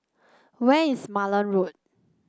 where is Malan Road